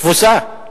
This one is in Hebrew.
תבוסה.